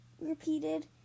repeated